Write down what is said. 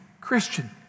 Christian